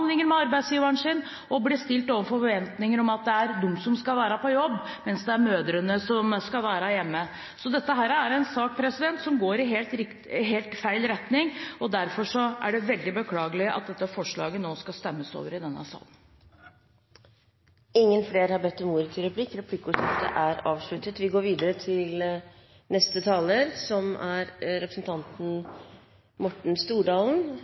med arbeidsgiveren sin og bli stilt overfor forventninger om at det er de som skal være på jobb mens det er mødrene som skal være hjemme. Dette er en sak som går i helt feil retning, og derfor er det veldig beklagelig at det nå skal stemmes over dette forslaget i denne sal. Replikkordskiftet er over. Når det gjelder permisjonsordninger, har vi i dette landet særs gode ordninger. Det er det ikke noen tvil om til